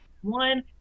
One